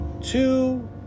two